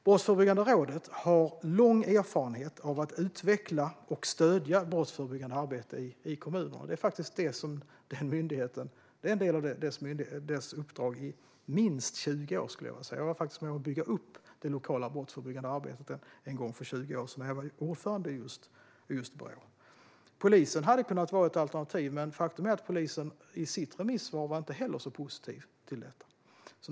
Brottsförebyggande rådet har lång erfarenhet av att utveckla och stödja brottsförebyggande arbete i kommunerna; det har varit en del av myndighetens uppdrag i minst tjugo år, skulle jag vilja säga. Jag var faktiskt med om att bygga upp det lokala brottsförebyggande arbetet en gång för 20 år sedan, när jag var ordförande i just Brå. Polisen hade kunnat vara ett alternativ, men faktum är att inte heller polisen var särskilt positiv till detta i sitt remissvar.